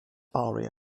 aria